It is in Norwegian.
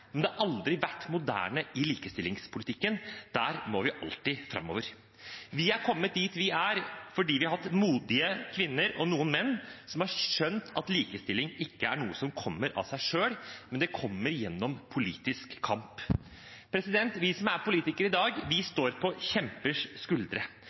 men det har aldri vært moderne i likestillingspolitikken. Der må vi alltid framover. Vi er kommet dit vi er fordi vi har hatt modige kvinner, og noen menn, som har skjønt at likestilling ikke er noe som kommer av seg selv, men det kommer gjennom politisk kamp. Vi som er politikere i dag, står på kjempers skuldre.